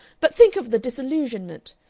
but think of the disillusionment!